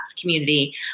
community